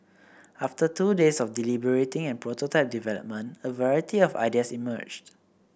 after two days of deliberating and prototype development a variety of ideas emerged